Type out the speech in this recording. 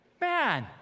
Man